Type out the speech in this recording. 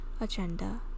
agenda